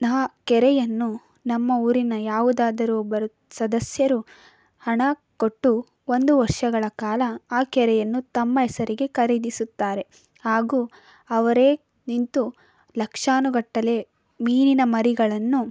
ನಾ ಕೆರೆಯನ್ನು ನಮ್ಮ ಊರಿನ ಯಾವುದಾದರು ಒಬ್ಬರು ಸದಸ್ಯರು ಹಣ ಕೊಟ್ಟು ಒಂದು ವರ್ಷಗಳ ಕಾಲ ಆ ಕೆರೆಯನ್ನು ತಮ್ಮ ಹೆಸರಿಗೆ ಖರೀದಿಸುತ್ತಾರೆ ಹಾಗೂ ಅವರೇ ನಿಂತು ಲಕ್ಷಾನುಗಟ್ಟಲೆ ಮೀನಿನ ಮರಿಗಳನ್ನು